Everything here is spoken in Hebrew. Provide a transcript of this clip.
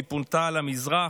היא פונתה למזרח,